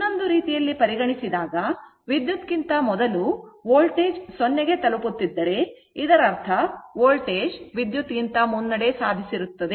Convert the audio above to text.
ಇನ್ನೊಂದು ರೀತಿಯಲ್ಲಿ ಪರಿಗಣಿಸಿದಾಗ ವಿದ್ಯುತ್ ಗಿಂತ ಮೊದಲು ವೋಲ್ಟೇಜ್ 0 ತಲುಪುತ್ತಿದ್ದರೆ ಇದರರ್ಥ ವೋಲ್ಟೇಜ್ ವಿದ್ಯುತ್ ಗಿಂತ ಮುನ್ನಡೆ ಸಾಧಿಸಿರುತ್ತದೆ